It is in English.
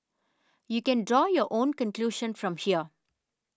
you can draw your own conclusion from here